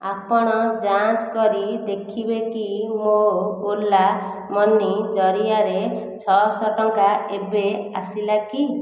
ଆପଣ ଯାଞ୍ଚ କରି ଦେଖିବେକି ମୋ ଓଲା ମନି ଜରିଆରେ ଛଅ ଶହ ଟଙ୍କା ଏବେ ଆସିଲାକି